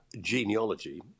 genealogy